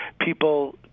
People